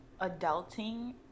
adulting